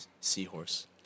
seahorse